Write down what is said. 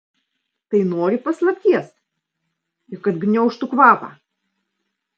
tai nori paslapties ir kad gniaužtų kvapą